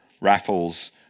Raffles